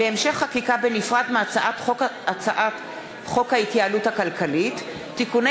להמשך חקיקה בנפרד מהצעת חוק ההתייעלות הכלכלית (תיקוני